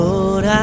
Lord